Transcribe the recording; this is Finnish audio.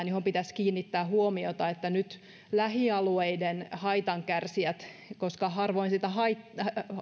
johon pitäisi kiinnittää huomiota miten lähialueiden haitankärsijöille koska harvoin siitä